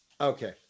Okay